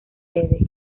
sede